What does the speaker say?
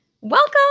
Welcome